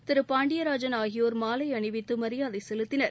திரு பாண்டியராஜன் ஆகியோர் மாலை அணிவித்து மரியாதை செலுத்தினர்